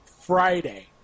Friday